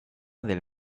del